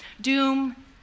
Doom